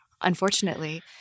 unfortunately